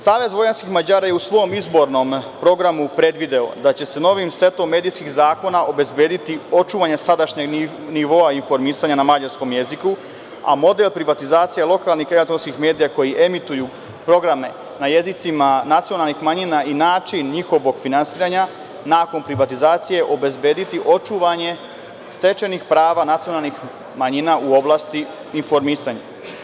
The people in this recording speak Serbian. Savez vojvođanskih Mađara je u svom izbornom programu predvideo da će se novim setom medijskih zakona obezbediti očuvanje sadašnjeg nivoa informisanja na mađarskom jeziku, a model privatizacije lokalnih medija koji emituju programe na jezicima nacionalnih manjina i način njihovog finansiranja nakon privatizacije obezbediće očuvanje stečenih prava nacionalnih manjina u oblasti ifnormisanja.